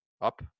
up